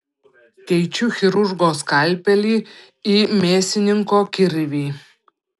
keičiu chirurgo skalpelį į mėsininko kirvį